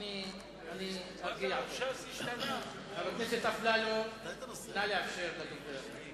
חבר הכנסת אפללו, נא לאפשר לדובר לדבר.